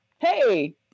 Hey